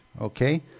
okay